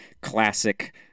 classic